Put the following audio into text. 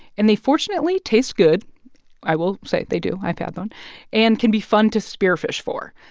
and they fortunately taste good i will say they do i've had them and can be fun to spearfish for.